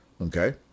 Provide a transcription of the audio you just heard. Okay